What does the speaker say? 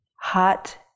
Hot